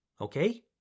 okay